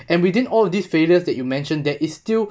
and within all of these failures that you mentioned that is still